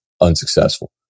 unsuccessful